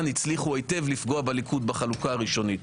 הצליחו היטב לפגוע בליכוד בחלוקה הראשונית.